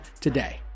today